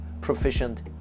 proficient